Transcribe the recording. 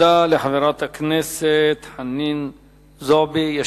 תודה לחברת הכנסת חנין זועבי.